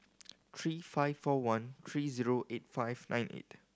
three five four one three zero eight five nine eight